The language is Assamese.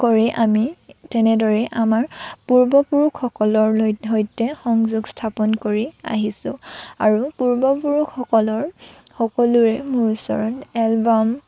কৰি আমি তেনেদৰে আমাৰ পূৰ্বপুৰুষসকলৰ সৈতে সংযোগ স্থাপন কৰি আহিছোঁ আৰু পূৰ্বপুৰুষসকলৰ সকলোৰে মোৰ ওচৰত এলবাম